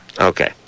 Okay